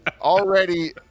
already